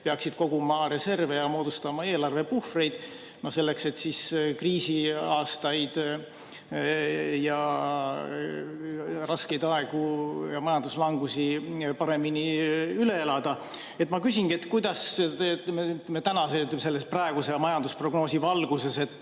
peaksid koguma reserve ja moodustama eelarvepuhvreid, selleks et kriisiaastaid ja [üldse] raskeid aegu ja majanduslangusi paremini üle elada. Ma küsingi, kuidas täna selles praeguse majandusprognoosi valguses